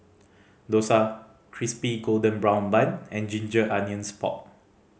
dosa Crispy Golden Brown Bun and ginger onions pork